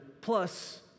plus